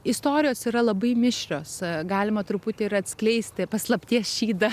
istorijos yra labai mišrios galima truputį ir atskleisti paslapties šydą